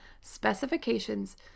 specifications